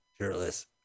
shirtless